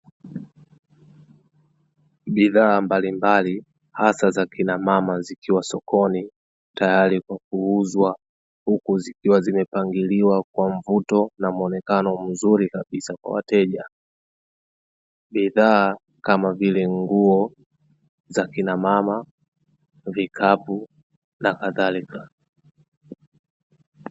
Bidhaa mbalimbali hasa za kinamama zikiwa sokoni tayari kwa kuuzwa, huku zikiwa zimepangiliwa kwa mvuto na muonekano mzuri kabisa kwa wateja, bidhaa kama vile nguo za kina mama, vikapu nakadhalika.